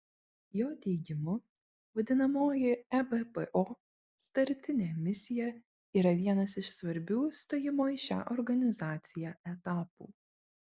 jo teigimu vadinamoji ebpo startinė misija yra vienas iš svarbių stojimo į šią organizaciją etapų